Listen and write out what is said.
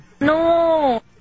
No